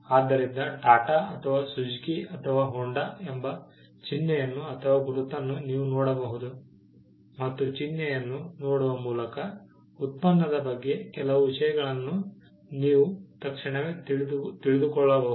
ಆದ್ದರಿಂದ ಟಾಟಾ ಅಥವಾ ಸುಜುಕಿ ಅಥವಾ ಹೋಂಡಾ ಎಂಬ ಚಿನ್ನೆಯನ್ನು ಅಥವಾ ಗುರುತನ್ನು ನೀವು ನೋಡಬಹುದು ಮತ್ತು ಚಿನ್ನೆಯನ್ನು ನೋಡುವ ಮೂಲಕ ಉತ್ಪನ್ನದ ಬಗ್ಗೆ ಕೆಲವು ವಿಷಯಗಳನ್ನು ನೀವು ತಕ್ಷಣವೇ ತಿಳಿದುಕೊಳ್ಳಬಹುದು